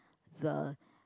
the